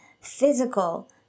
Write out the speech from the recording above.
physical